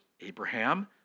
Abraham